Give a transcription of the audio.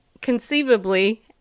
conceivably